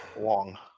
long